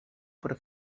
por